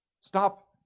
stop